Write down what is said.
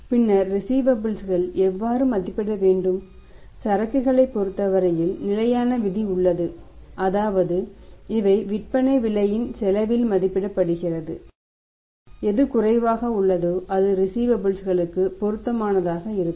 பின்னர் ரிஸீவபல்ஸ் களுக்கு பொருத்தமானதாக இருக்கும்